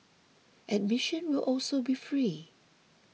admission will also be free